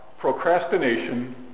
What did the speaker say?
procrastination